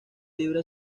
libre